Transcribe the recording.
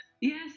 Yes